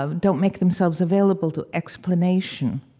ah don't make themselves available to explanation